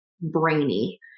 brainy